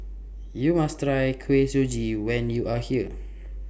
YOU must Try Kuih Suji when YOU Are here